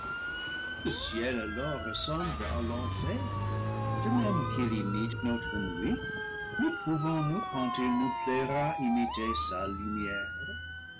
le ciel alors res semble à l'enfer de même qu'il imite notre nuit ne pon vons nous quand il nous plaira imiter sa lumière